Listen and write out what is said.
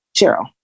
Cheryl